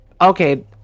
okay